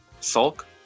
sulk